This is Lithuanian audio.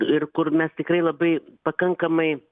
ir kur mes tikrai labai pakankamai